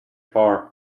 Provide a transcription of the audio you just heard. far